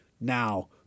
now